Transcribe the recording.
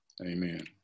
Amen